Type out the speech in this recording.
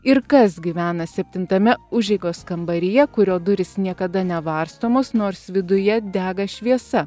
ir kas gyvena septintame užeigos kambaryje kurio durys niekada nevarstomos nors viduje dega šviesa